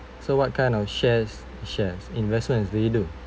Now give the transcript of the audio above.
so what kind of shares shares investment do you do